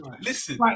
listen